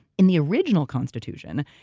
in the original constitution,